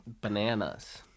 bananas